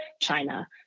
China